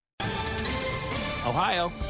Ohio